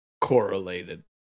correlated